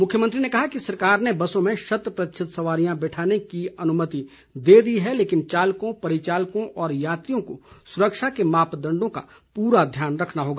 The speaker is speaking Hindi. मुख्यमंत्री ने कहा कि सरकार ने बसों में शत प्रतिशत सवारियां बैठाने की अनुमति दे दी है लेकिन चालकों परिचालकों और यात्रियों को सुरक्षा के मापदंडों का पूरा ध्यान रखना होगा